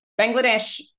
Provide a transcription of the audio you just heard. bangladesh